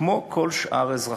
כמו כל שאר אזרחיה,